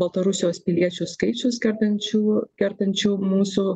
baltarusijos piliečių skaičius kertančių kertančių mūsų